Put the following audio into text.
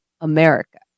America